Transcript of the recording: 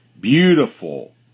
beautiful